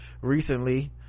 recently